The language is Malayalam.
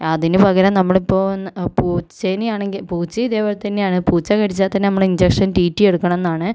അതിന് പകരം നമ്മള് ഇപ്പോൾ പൂച്ചേനെ ആണെങ്കിൽ പൂച്ചയും ഇതേപോലെ തന്നെയാണ് പൂച്ച കടിച്ചാൽ തന്നെ നമ്മള് ഇൻജെക്ഷൻ ടി ടി എടുക്കണമെന്നാണ്